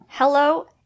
Hello